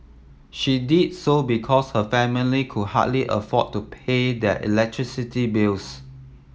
she did so because her family could hardly afford to pay their electricity bills